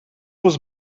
was